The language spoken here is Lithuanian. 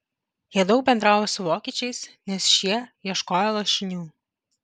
jie daug bendravo su vokiečiais nes šie ieškojo lašinių